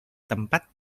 tempat